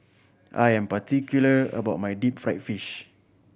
I am particular about my deep fried fish